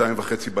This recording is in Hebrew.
02:30,